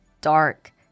dark